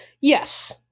Yes